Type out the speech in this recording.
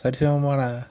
சரிசமமான